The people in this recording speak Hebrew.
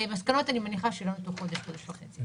מסקנות, אני מניחה שיהיו תוך חודש, חודש וחצי.